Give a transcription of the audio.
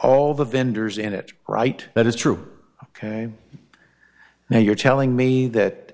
all the vendors in it right that is true ok now you're telling me that